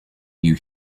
you